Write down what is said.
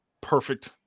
perfect